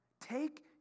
Take